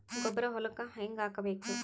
ಗೊಬ್ಬರ ಹೊಲಕ್ಕ ಹಂಗ್ ಹಾಕಬೇಕು?